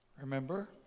Remember